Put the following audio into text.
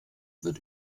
wird